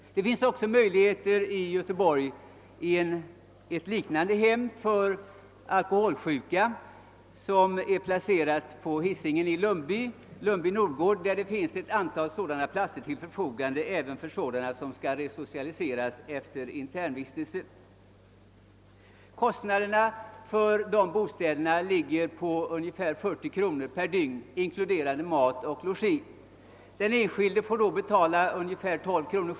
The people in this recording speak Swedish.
Det finns också möjligheter i Göteborg i ett liknande hem för alkoholsjuka som är placerat på Hisingen i Lundby Nordgård — där det finns ett antal platser till förfogande även för sådana som skall resocialiseras efter internatvistelse. Kostnaderna för dessa bostäder lig ger vid ungefär 40 kr. per dygn, inkluderande mat och logi. Den enskilde får betala 12 kr.